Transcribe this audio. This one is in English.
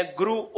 grew